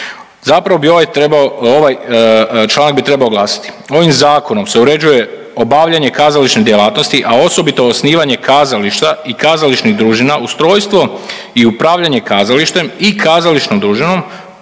trebao, ovaj članak bi trebao glasiti, ovim Zakonom se uređuje obavljanje kazališne djelatnosti, a osobito osnivanje kazališta i kazališnih družina, ustrojstvo i upravljanje kazalištem i kazališnom družinom,